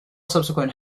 subsequent